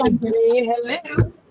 hello